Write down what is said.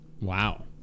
Wow